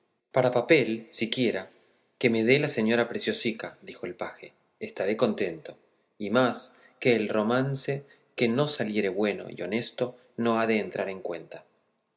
para papel siquiera que me dé la señora preciosica dijo el paje estaré contento y más que el romance que no saliere bueno y honesto no ha de entrar en cuenta